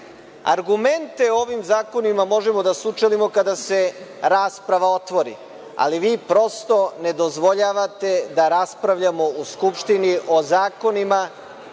o ovim zakonima možemo da sučelimo kada se rasprava otvori, ali vi prosto ne dozvoljavate da raspravljamo u Skupštini o zakonima